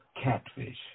catfish